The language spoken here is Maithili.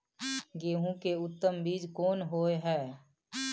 गेहूं के उत्तम बीज कोन होय है?